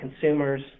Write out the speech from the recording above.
consumers